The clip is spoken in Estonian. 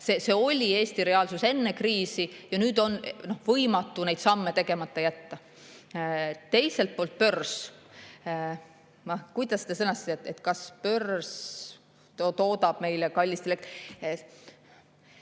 See oli Eesti reaalsus enne kriisi ja nüüd on võimatu neid samme tegemata jätta. Teiselt poolt börs. Kuidas te sõnastasitegi? Kas börs toodab meile kallist elektrit?